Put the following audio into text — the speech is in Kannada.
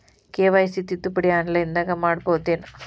ಕೆ.ವೈ.ಸಿ ತಿದ್ದುಪಡಿ ಆನ್ಲೈನದಾಗ್ ಮಾಡ್ಬಹುದೇನು?